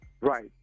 Right